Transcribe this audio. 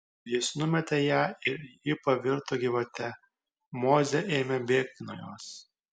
jis numetė ją ir ji pavirto gyvate mozė ėmė bėgti nuo jos